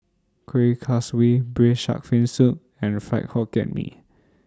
Kuih Kaswi Braised Shark Fin Soup and Fried Hokkien Mee